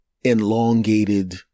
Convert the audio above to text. elongated